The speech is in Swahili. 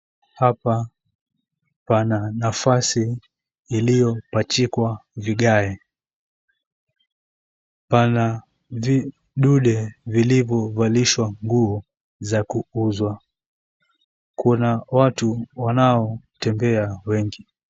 Hapa pana nafasi iliyopachikwa vigae. Pana vidude vilivyovalishwa nguo za kuuzwa. Kuna watu wanaotembea wengi.